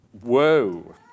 Whoa